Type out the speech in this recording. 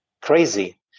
crazy